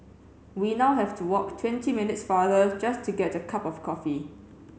we now have to walk twenty minutes farther just to get a cup of coffee